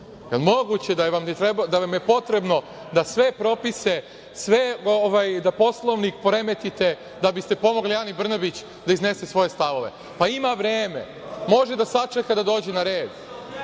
moguće da vam je potrebno da sve propise, Poslovnik poremetite da biste pomogli Ani Brnabić da iznese svoje stavove? Pa, ima vreme, može da sačeka da dođe na red,